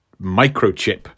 Microchip